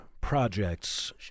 projects